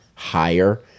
higher